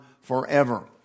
forever